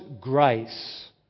grace